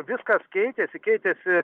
viskas keitėsi keitėsi